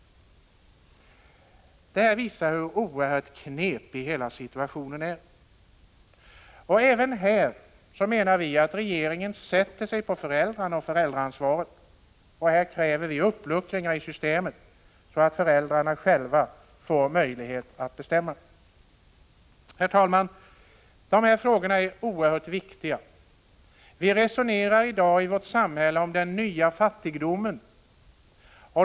Detta visar hur oerhört knepig hela situationen är. Även härvidlag menar vi att regeringen sätter sig på föräldrarna och föräldraansvaret, och vi kräver uppluckring av systemet, så att föräldrarna själva får möjlighet att bestämma. Herr talman! De här frågorna är oerhört viktiga. Vi resonerar i dag i vårt samhälle om den nya fattigdomen.